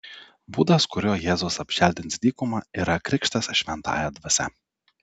būdas kuriuo jėzus apželdins dykumą yra krikštas šventąja dvasia